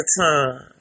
time